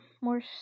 more